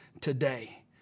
today